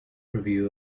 review